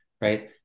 right